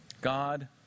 God